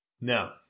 No